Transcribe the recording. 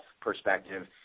perspective